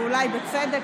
ואולי בצדק,